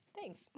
Thanks